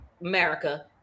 America